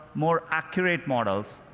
more accurate models,